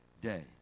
day